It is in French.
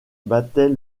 battait